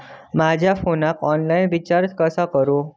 माझ्या फोनाक online recharge कसा करू?